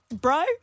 bro